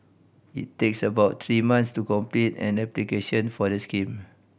it takes about three months to complete an application for the scheme